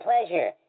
pleasure